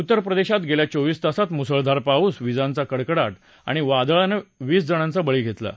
उत्तरप्रदेशात गेल्या चोवीस तासात मुसळधार पाऊस विजांचा कडकडाट आणि वादळानं वीसजणांचा बळी घेतला आहे